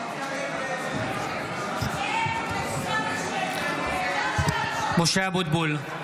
(קורא בשמות חברי הכנסת) משה אבוטבול,